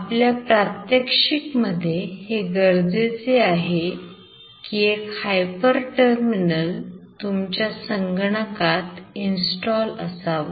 आपल्या प्रात्यक्षिक मध्ये हे गरजेचे आहे की एक हायपर टर्मिनल तुमच्या संगणकात इन्स्टॉल असावा